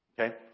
Okay